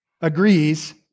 agrees